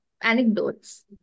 anecdotes